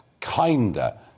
kinder